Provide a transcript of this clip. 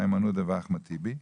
איימן עודה ואחמד טיבי.